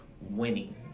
winning